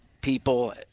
people –